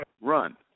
run